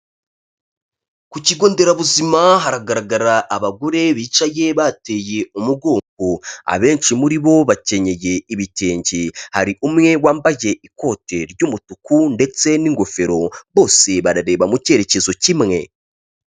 Ku kigo nderabuzima haragaragara abagore bicaye bateye umugongo, abenshi muri bo bakenyeye ibitenge, hari umwe wambaye ikote ry'umutuku ndetse n'ingofero bose barareba mu cyerekezo kimwe.